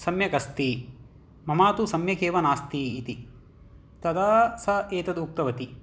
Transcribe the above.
सम्यगस्ति मम तु सम्यकेव नास्ति इति तदा सा एतदुक्तवती